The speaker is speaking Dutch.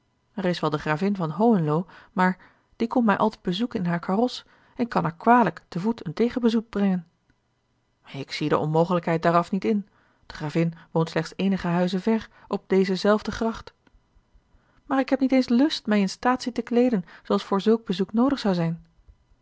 er is wel de gravin van hohenlo maar die komt mij altijd bezoeken in hare karos en ik kan haar kwalijk te voet een tegenbezoek brengen ik zie de onmogelijkheid daaraf niet in de gravin woont slechts eenige huizen ver op deze zelfde gracht maar ik heb niet eens lust mij in staatsie te kleeden zooals voor zulk bezoek noodig zou zijn